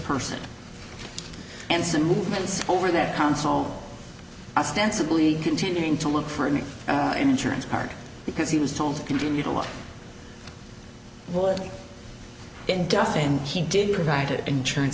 person and some movements over that console ostensibly continuing to look for an insurance card because he was told continue to look well in death and he did provided insurance